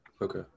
okay